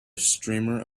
streamer